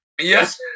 yes